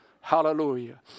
hallelujah